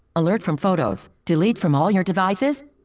alert from photos, delete from all your devices.